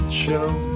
show